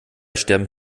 sterben